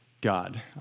God